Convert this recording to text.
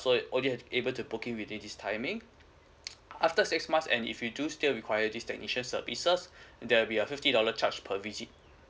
so or you have to be able to booking within this timing after six months and if we do still require this technician services there will be a fifty dollar charge per visit